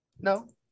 No